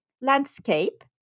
landscape